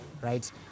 right